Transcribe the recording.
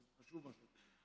אבל זה חשוב מה שאת אומרת.